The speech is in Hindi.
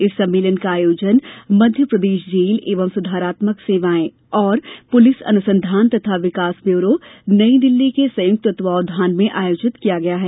इस सम्मेलन का आयोजन मध्यप्रदेश जेल एवं सुधारात्मक सेवायें और पुलिस अनुसंधान तथा विकास ब्यूरो नई दिल्ली के संयुक्त तत्वावधान में आयोजित किया गया है